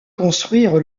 construire